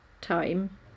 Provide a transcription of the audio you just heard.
time